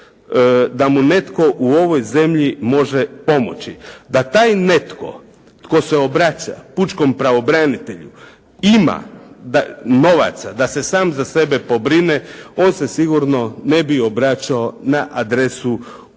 da mu netko u ovoj zemlji može pomoći. Da taj netko tko se obraća pučkom pravobranitelju ima novaca da se sam za sebe pobrine, on se sigurno ne bi obraćao na adresu u